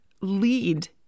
lead